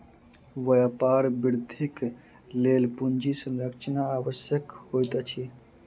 व्यापार वृद्धिक लेल पूंजी संरचना आवश्यक होइत अछि